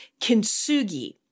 kintsugi